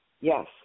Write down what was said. Yes